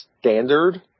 standard